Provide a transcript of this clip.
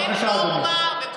בבקשה, אדוני.